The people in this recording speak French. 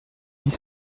dix